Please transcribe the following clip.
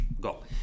Go